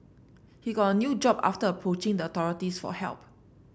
he got a new job after approaching the authorities for help